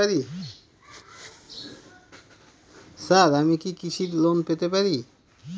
Sir আমি কি কৃষি লোন পেতে পারি?